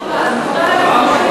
זכותה להגיד מה שהיא רוצה.